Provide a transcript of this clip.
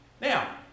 Now